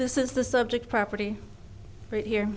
this is the subject property right here